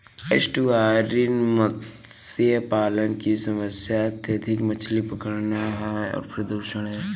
estuarine मत्स्य पालन की समस्या अत्यधिक मछली पकड़ना और प्रदूषण है